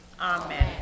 Amen